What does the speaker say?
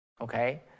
okay